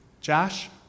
Josh